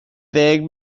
ddeng